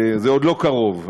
זה עוד לא קרוב,